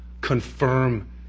confirm